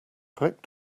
click